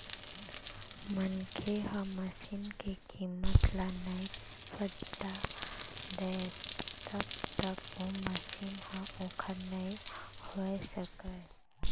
मनखे ह मसीन के कीमत ल नइ पटा दय तब तक ओ मशीन ह ओखर नइ होय सकय